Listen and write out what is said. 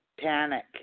panic